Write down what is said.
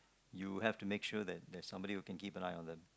you have to make sure that there there is someone who can keep an eye on them